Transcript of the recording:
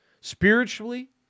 spiritually